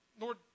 Lord